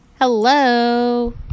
Hello